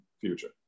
future